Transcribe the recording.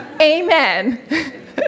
amen